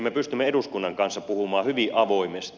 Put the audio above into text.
me pystymme eduskunnan kanssa puhumaan hyvin avoimesti